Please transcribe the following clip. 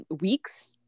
weeks